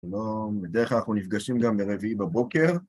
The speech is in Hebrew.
שלום, בדרך כלל אנחנו נפגשים גם ברביעי בבוקר.